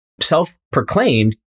self-proclaimed